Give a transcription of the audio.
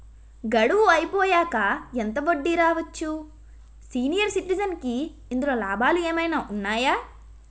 గడువు అయిపోయాక ఎంత వడ్డీ రావచ్చు? సీనియర్ సిటిజెన్ కి ఇందులో లాభాలు ఏమైనా ఉన్నాయా?